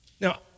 Now